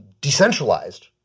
decentralized